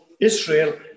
Israel